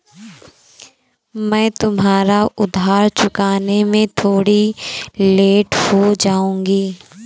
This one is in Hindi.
मैं तुम्हारा उधार चुकाने में थोड़ी लेट हो जाऊँगी